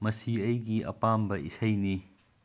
ꯃꯁꯤ ꯑꯩꯒꯤ ꯑꯄꯥꯝꯕ ꯏꯁꯩꯅꯤ